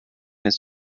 his